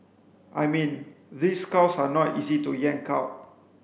I mean these cows are not easy to yank out